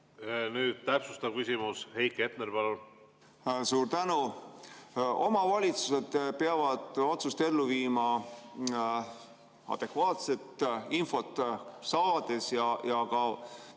Nüüd täpsustav küsimus. Heiki Hepner, palun! Suur tänu! Omavalitsused peavad otsust ellu viima adekvaatset infot saades ja ka